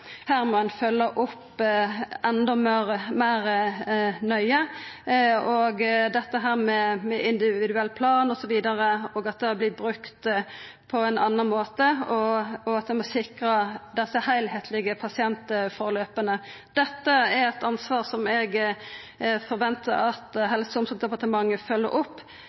her må ein følgja opp enda meir nøye, når det gjeld dette med individuell plan osv., at det vert brukt på ein annan måte, og at ein må sikra desse heilskaplege pasientforløpa. Dette er eit ansvar som eg forventar at Helse- og omsorgsdepartementet følgjer opp.